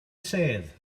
sedd